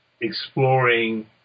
exploring